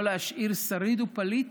לא להשאיר שריד ופליט